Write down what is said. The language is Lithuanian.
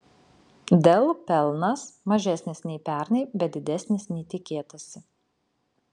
dell pelnas mažesnis nei pernai bet didesnis nei tikėtasi